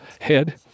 head